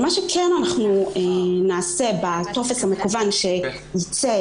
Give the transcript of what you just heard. מה שנעשה בטופס המקוון שייצא